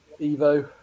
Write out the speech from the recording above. Evo